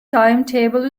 timetable